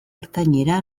ertainera